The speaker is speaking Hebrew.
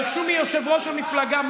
אדוני השר, תפרגן לנו.